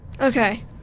Okay